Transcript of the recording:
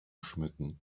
schmücken